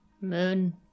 Moon